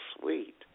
sweet